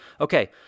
Okay